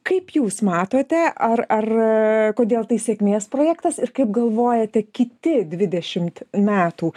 kaip jūs matote ar ar kodėl tai sėkmės projektas ir kaip galvojate kiti dvidešimt metų